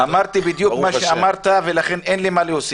אמרתי בדיוק מה שאמרת, לכן אין לי מה להוסיף.